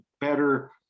better